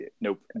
nope